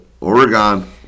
Oregon